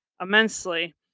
immensely